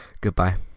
goodbye